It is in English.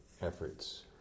efforts